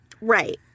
right